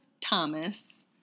Thomas